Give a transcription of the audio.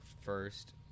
first